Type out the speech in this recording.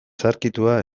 zaharkitua